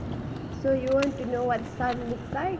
so you want to know what sun looks like